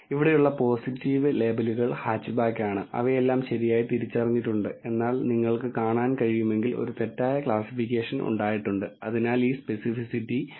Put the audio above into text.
ഇവിടെയുള്ള പോസിറ്റീവ് ലേബലുകൾ ഹാച്ച്ബാക്ക് ആണ് അവയെല്ലാം ശരിയായി തിരിച്ചറിഞ്ഞിട്ടുണ്ട് എന്നാൽ നിങ്ങൾക്ക് കാണാൻ കഴിയുമെങ്കിൽ ഒരു തെറ്റായ ക്ലാസ്സിഫിക്കേഷൻ ഉണ്ടായിട്ടുണ്ട് അതിനാൽ ഈ സ്പെസിഫിസിറ്റി 0